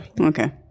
okay